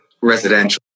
residential